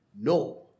no